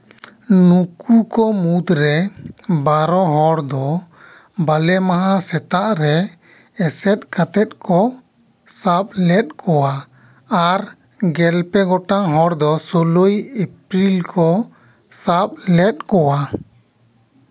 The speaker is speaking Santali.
ᱱᱩᱠᱩ ᱠᱚ ᱢᱩᱫᱽᱨᱮ ᱵᱟᱨᱚ ᱦᱚᱲ ᱫᱚ ᱵᱟᱞᱮ ᱢᱟᱦᱟ ᱥᱮᱛᱟᱜ ᱨᱮ ᱮᱥᱮᱫ ᱠᱟᱛᱮᱫ ᱠᱚ ᱥᱟᱵ ᱞᱮᱫ ᱠᱚᱣᱟ ᱟᱨ ᱜᱮᱞ ᱯᱮ ᱜᱚᱴᱟᱝ ᱦᱚᱲ ᱫᱚ ᱥᱳᱞᱞᱳᱭ ᱮᱯᱨᱤᱞ ᱠᱚ ᱥᱟᱵ ᱞᱮᱫ ᱠᱚᱣᱟ